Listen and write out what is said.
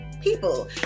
people